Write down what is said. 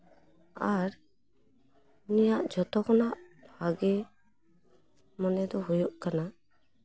ᱟᱨ ᱱᱩᱭᱟᱜ ᱡᱚᱛᱚ ᱠᱷᱚᱱᱟᱜ ᱵᱷᱟᱜᱮ ᱢᱚᱱᱮ ᱫᱚ ᱦᱩᱭᱩᱜ ᱠᱟᱱᱟ